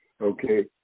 Okay